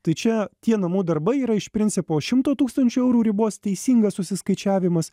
tai čia tie namų darbai yra iš principo šimto tūkstančių eurų ribos teisingas susiskaičiavimas